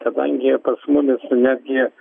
kadangi pas mumis netgi